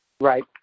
Right